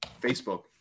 Facebook